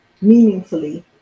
meaningfully